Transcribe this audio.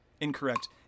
incorrect